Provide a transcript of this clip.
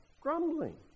grumbling